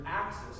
axis